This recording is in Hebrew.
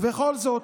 ובכל זאת,